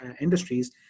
industries